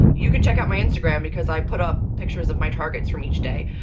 you can check out my instagram because i put up pictures of my targets from each day.